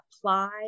apply